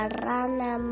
rana